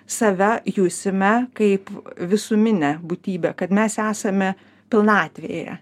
save jusime kaip visuminę būtybę kad mes esame pilnatvėje